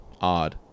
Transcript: odd